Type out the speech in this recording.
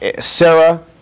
Sarah